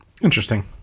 Interesting